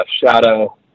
shadow